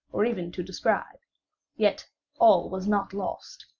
or even to describe yet all was not lost.